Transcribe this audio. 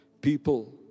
People